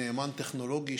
"נאמן טכנולוגי",